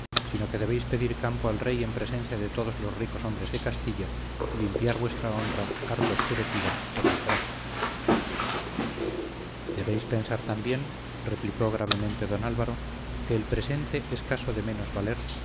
sino que debéis pedir campo al rey en presencia de todos los ricos hombres de castilla y limpiar vuestra honra harto oscurecida por desgracia debéis pensar también replicó gravemente don álvaro que el presente es caso de menos valer